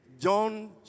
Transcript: John